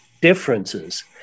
differences